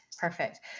Perfect